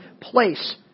place